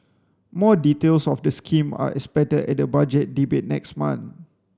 more details of the scheme are expected at the Budget Debate next month